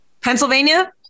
Pennsylvania